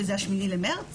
שזה ה-8 במרץ,